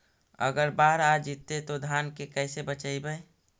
अगर बाढ़ आ जितै तो धान के कैसे बचइबै?